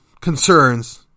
concerns